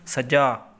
ਸੱਜਾ